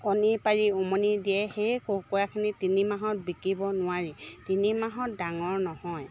কণী পাৰি উমনি দিয়ে সেই কুকুৰাখিনি তিনি মাহত বিকিব নোৱাৰি তিনিমাহত ডাঙৰ নহয়